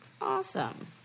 Awesome